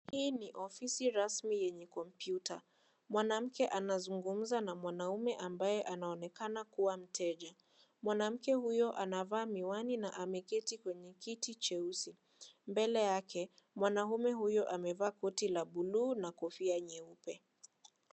Hii ni ofisi rasmi yenye kompyuta, mwanamke anazungumza na mwanaume ambaye anaonekana kuwa mteja, mwanamke huyo anavaa miwani na ameketi kwenye kiti cheusi, mbele yake mwanaume huyu amevaa koti la buluu na kofia nyeupe.